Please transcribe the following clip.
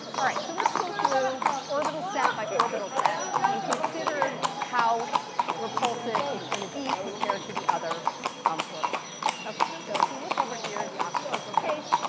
all right, so let's go through orbital set by orbital set and consider how repulsive it's going to be compared to the other um orbitals. ok, so if we look over here at the octahedral case